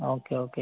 okay okay